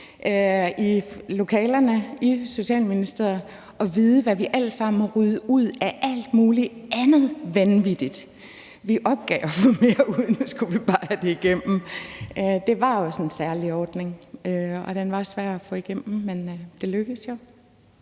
i lokalerne i Socialministeriet og vidst, hvad vi har ryddet ud i af alt muligt andet vanvittig. Vi opgav at få mere ud, for nu skulle vi bare have det igennem. Det var også en særlig ordning, og den var svær at få igennem, men det lykkedes jo.